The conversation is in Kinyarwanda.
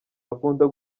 akunda